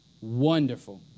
Wonderful